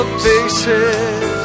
faces